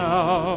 Now